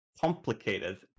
complicated